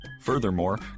Furthermore